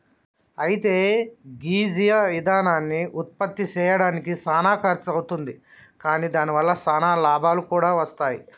అయితే గీ జీవ ఇందనాన్ని ఉత్పప్తి సెయ్యడానికి సానా ఖర్సు అవుతుంది కాని దాని వల్ల సానా లాభాలు కూడా వస్తాయి